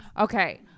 Okay